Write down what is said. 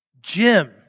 Jim